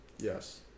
Yes